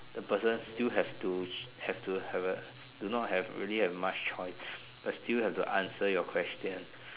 the person still have to have to have a do not really have much choice but still have to answer your question